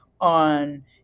on